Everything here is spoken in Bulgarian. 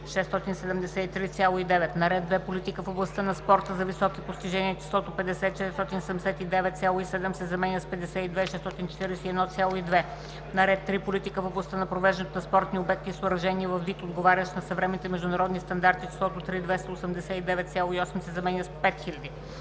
673,9“. - на ред 2. Политика в областта на спорта за високи постижения числото „50 479,7“ се заменя с „52 641,2“. - на ред 3. Политика в областта на привеждането на спортните обекти и съоръжения във вид, отговарящ на съвременните международни стандарти числото „3 289,8“ се заменя с „5